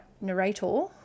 narrator